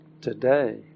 today